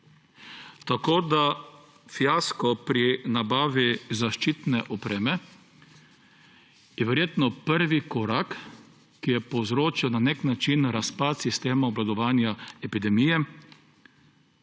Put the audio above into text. nujni. Fiasko pri nabavi zaščitne opreme je verjetno prvi korak, ki je povzročil na nek način razpad sistema obvladovanja epidemije.